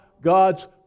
God's